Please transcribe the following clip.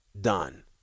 done